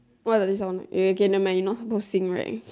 what does it sound eh never mind you not supposed to sing right